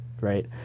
right